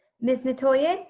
miss metoyer?